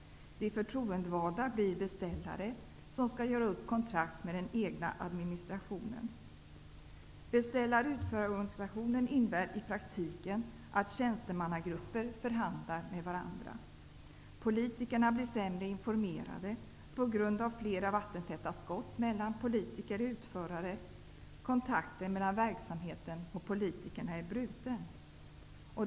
De förtroendevalda blir beställare, som skall göra upp kontrakt med den egna administrationen. Beställar--utförar-organisationen innebär i praktiken att tjänstemannagrupper förhandlar med varandra. Politikerna blir sämre informerade på grund av flera vattentäta skott mellan politiker och utförare. Kontakten mellan verksamheten och politikerna är bruten.